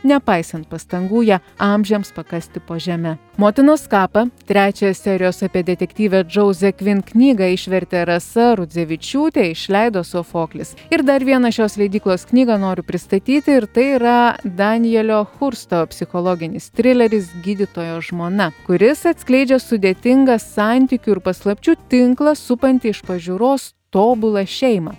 nepaisant pastangų ją amžiams pakasti po žeme motinos kapą trečiąją serijos apie detektyvę džauzė kvin knygą išvertė rasa rudzevičiūtė išleido sofoklis ir dar vieną šios leidyklos knygą noriu pristatyti ir tai yra danielio hursto psichologinis trileris gydytojo žmona kuris atskleidžia sudėtingą santykių ir paslapčių tinklą supantį iš pažiūros tobulą šeimą